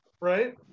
right